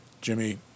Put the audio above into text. Jimmy